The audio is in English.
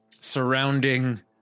surrounding